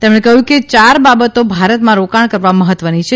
તેમણે કહ્યું કે યાર બાબતો ભારતમાં રોકાણ કરવા મહત્વની છે